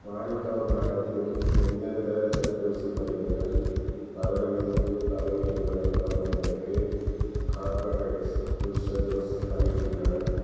மாரிகாவ் மாவட்டத்தில் எந்தெந்த தடுப்பூசி மையங்கள் பதினைந்துலேருந்து பதினேழு வயது வரம்பினருக்கு கார்பவேக்ஸ் பூஸ்டர் டோஸ் அளிக்கின்றன